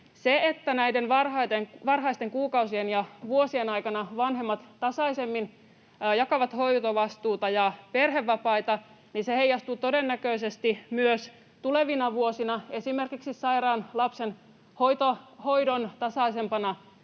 Se, että näiden varhaisten kuukausien ja vuosien aikana vanhemmat tasaisemmin jakavat hoitovastuuta ja perhevapaita, heijastuu todennäköisesti myös tulevina vuosina esimerkiksi sairaan lapsen hoidon tasaisempana